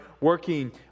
working